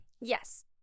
yes